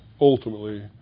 ultimately